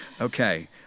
Okay